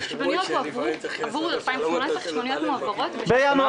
עבור 2018 החשבוניות מועברות --- בינואר